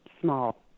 small